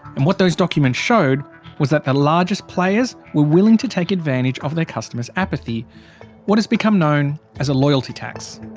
and what those documents showed was that the largest players were willing to take advantage of their customers' apathy what has become known as a loyalty tax.